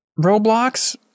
roblox